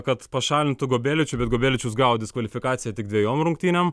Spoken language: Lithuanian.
kad pašalintų gobeličių bet gobeličius gavo diskvalifikaciją tik dvejom rungtynėm